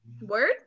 Word